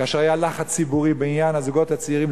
כאשר היה לחץ ציבורי בעניין הזוגות הצעירים,